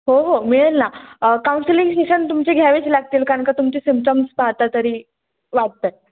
हो हो मिळेल ना काउन्सिलिंग सेशन्स तुमचे घ्यावेच लागतील कारण का तुमचे सिमटम्स पाहता तरी वाटत आहे